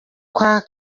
kwa